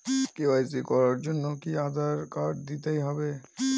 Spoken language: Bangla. কে.ওয়াই.সি করার জন্য কি আধার কার্ড দিতেই হবে?